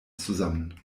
zusammen